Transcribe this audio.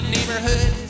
Neighborhood